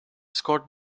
scored